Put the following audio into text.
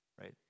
right